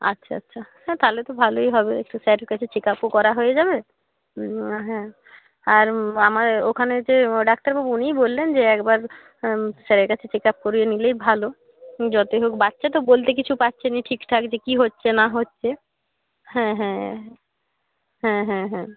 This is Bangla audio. আচ্ছা আচ্ছা হ্যাঁ তাহলে তো ভালোই হবে একটু স্যারের কাছে চেক আপও করা হয়ে যাবে হ্যাঁ আর আমার ওখানে যে ও ডাক্তারবাবু উনিই বললেন যে একবার স্যারের কাছে চেক আপ করিয়ে নিলেই ভালো যতই হোক বাচ্চা তো বলতে কিছু পাচ্ছে নি ঠিকঠাক যে কী হচ্ছে না হচ্ছে হ্যাঁ হ্যাঁ হ্যাঁ হ্যাঁ হ্যাঁ